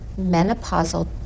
menopausal